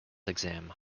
exam